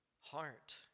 heart